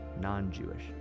non-jewish